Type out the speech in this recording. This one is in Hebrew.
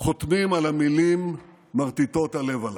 חותמים על המילים מרטיטות הלב הללו: